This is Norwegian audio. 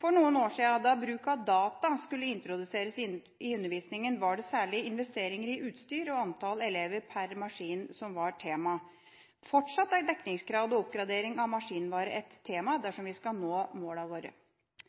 For noen år siden, da bruk av «data» skulle introduseres i undervisningen, var det særlig investeringer i utstyr og antall elever per maskin som var temaet. Fortsatt er dekningsgrad og oppgradering av maskinvare et tema dersom vi skal nå målene våre.